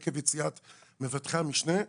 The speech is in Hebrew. עקב יציאת מבטחי המשנה,